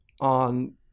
on